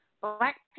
black